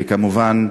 וכמובן,